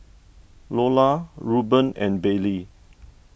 Loula Ruben and Bailey